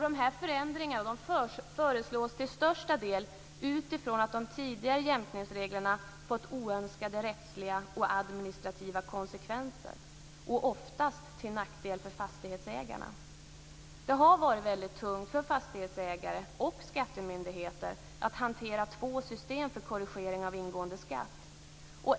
De här förändringarna föreslås till största delen utifrån att de tidigare jämkningsreglerna fått oönskade rättsliga och administrativa konsekvenser, oftast till nackdel för fastighetsägarna. Det har varit väldigt tungt för fastighetsägare och skattemyndigheter att hantera två system för korrigering av ingående skatt.